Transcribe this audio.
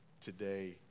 today